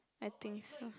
I think so